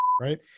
right